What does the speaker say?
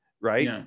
right